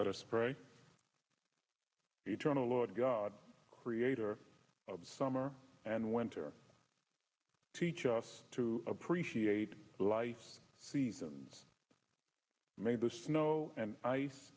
us pray eternal lord god creator of the summer and winter teach us to appreciate light seasons made the snow and ice